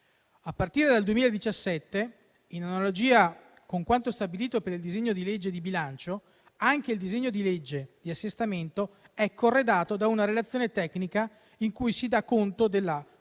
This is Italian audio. A partire dal 2017, in analogia con quanto stabilito per il disegno di legge di bilancio, anche il disegno di legge di assestamento è corredato da una relazione tecnica in cui si dà conto della coerenza